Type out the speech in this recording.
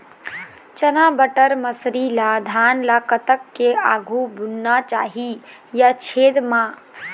चना बटर मसरी ला धान ला कतक के आघु बुनना चाही या छेद मां?